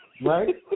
right